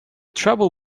trouble